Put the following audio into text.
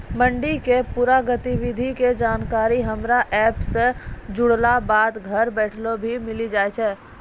मंडी के पूरा गतिविधि के जानकारी हमरा एप सॅ जुड़ला बाद घर बैठले भी मिलि जाय छै